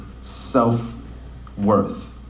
self-worth